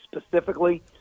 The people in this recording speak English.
specifically